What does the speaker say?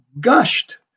gushed